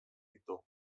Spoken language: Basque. ditu